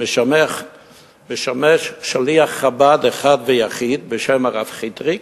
משמש שליח חב"ד אחד ויחיד בשם הרב חיטריק,